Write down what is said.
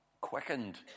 quickened